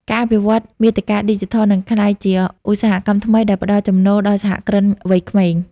ការអភិវឌ្ឍមាតិកាឌីជីថលនឹងក្លាយជាឧស្សាហកម្មថ្មីដែលផ្ដល់ចំណូលដល់សហគ្រិនវ័យក្មេង។